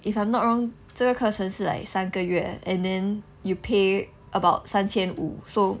if I'm not wrong 这个课程是 like 三个月 and then you pay about 三千五 so